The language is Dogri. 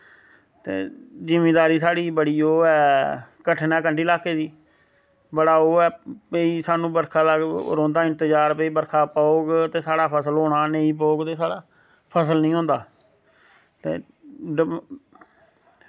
ते जिमीदारी साढ़ी बड़ी ओह् ऐ कठन ऐ कंढी साह्के दी बड़ा ओह् ऐ भाई स्हानू बर्खा दा रौंह्दा इंतज़ार भाई बरखा पौग ते साढ़ा फसल होना नेंईं पौग ते साढ़ा फसल वी होंदा ते